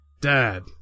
Dad